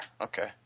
okay